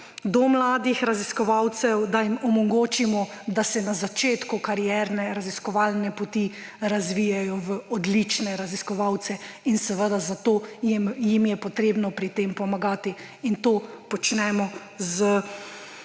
do mladih raziskovalcev je, da jim omogočimo, da se na začetku karierne raziskovalne poti razvijejo v odlične raziskovalce, in seveda jim je potrebno pri tem pomagati. To počnemo s